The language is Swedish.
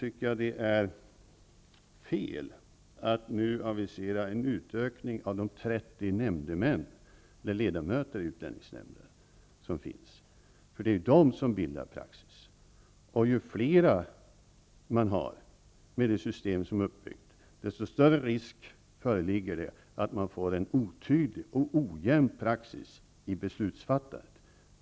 Mot den bakgrunden är det fel att nu avisera en utökning av de 30 nämndemännen, ledamöterna, i utlänningsnämnden. De är de som bildar praxis. Ju fler ledamöter som finns, med det system som har byggts upp, desto större risk föreligger att det blir en otydlig och ojämn praxis i beslutsfattandet.